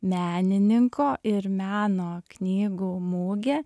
menininko ir meno knygų mugė